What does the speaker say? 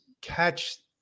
catch